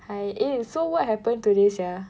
hi eh so what happened today sia